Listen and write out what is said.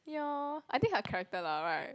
ya I think her character lah right